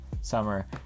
summer